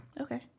okay